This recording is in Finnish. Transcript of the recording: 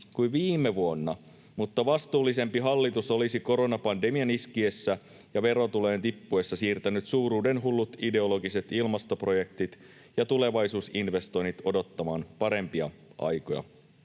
kuin viime vuonna, mutta vastuullisempi hallitus olisi koronapandemian iskiessä ja verotulojen tippuessa siirtänyt suuruudenhullut ideologiset ilmastoprojektit ja tulevaisuusinvestoinnit odottamaan parempia aikoja.